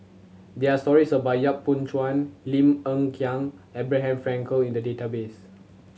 there are stories about Yap Boon Chuan Lim Hng Kiang Abraham Frankel in the database